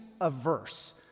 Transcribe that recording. averse